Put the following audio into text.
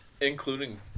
including